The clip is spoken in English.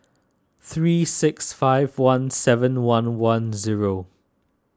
three six five one seven one one zero